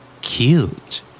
Cute